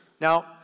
Now